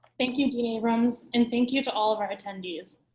thank you, dean abrams, and thank you to all of our attendees.